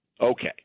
Okay